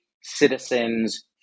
citizens